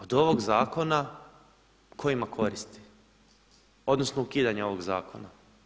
Od ovog zakona ko ima koristi, odnosno ukidanja ovog zakona?